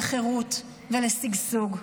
לחירות ולשגשוג.